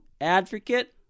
advocate